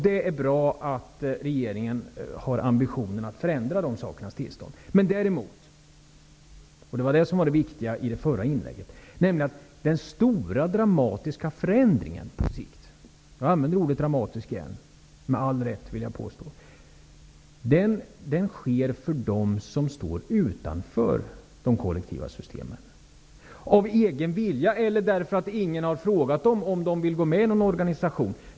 Det är bra att regeringen har ambitionen att förändra den saken. Men däremot, och det var det som var det viktiga i det förra inlägget, sker den stora dramatiska förändringen på sikt -- jag använder ordet dramatisk igen, med all rätt, vill jag påstå -- för dem som står utanför de kollektiva systemen. De står där av egen vilja eller därför att ingen har frågat dem om de vill gå med i någon organisation.